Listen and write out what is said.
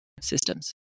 systems